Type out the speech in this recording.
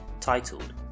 titled